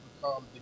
become